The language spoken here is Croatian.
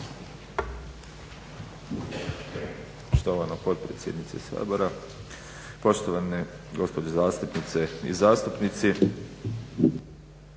Štovana potpredsjednice Sabora, poštovane gospođe zastupnice i zastupnici